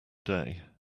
day